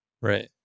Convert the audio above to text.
Right